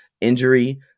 injury